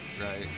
right